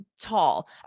tall